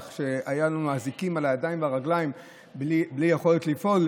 איך היו לנו אזיקים על הידיים והרגליים בלי יכולת לפעול.